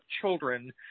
children